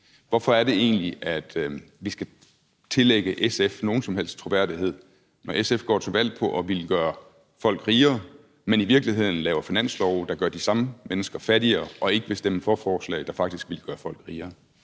Hvorfor er det egentlig, at vi skal tillægge SF nogen som helst troværdighed, når SF går til valg på at ville gøre folk rigere, men i virkeligheden laver finanslove, der gør de samme mennesker fattigere, og ikke vil stemme for forslag, der faktisk ville gøre folk rigere?